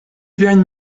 viajn